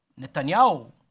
Netanyahu